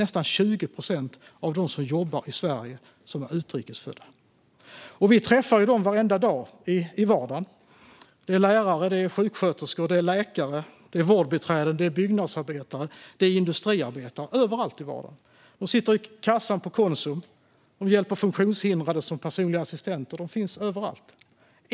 Nästan 20 procent av dem som jobbar i Sverige är alltså utrikes födda. Vi träffar dem varenda dag i vardagen. Det är lärare, sjuksköterskor, läkare, vårdbiträden, byggnadsarbetare och industriarbetare. Vi möter dem överallt i vardagen. De sitter i kassan på Konsum, och de hjälper funktionshindrade som personliga assistenter - de finns överallt.